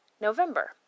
November